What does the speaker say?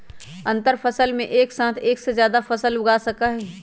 अंतरफसल में एक साथ एक से जादा फसल उगा सका हई